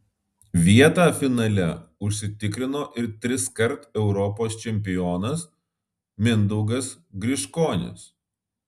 vietą finale užsitikrino ir triskart europos čempionas mindaugas griškonis